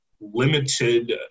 limited